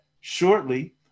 shortly